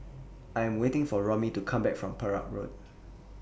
I'm waiting For Romie to Come Back from Perak Road